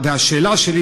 והשאלה שלי,